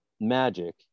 Magic